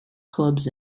clubs